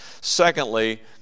Secondly